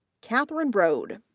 katherine broad,